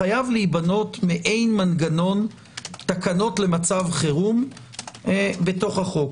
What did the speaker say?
חייב להיבנות מעין מנגנון תקנות למצב חירום בתוך החוק.